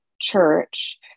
church